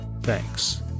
Thanks